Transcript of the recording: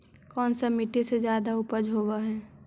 कोन सा मिट्टी मे ज्यादा उपज होबहय?